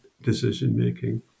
decision-making